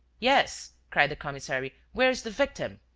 yes, cried the commissary, where is the victim?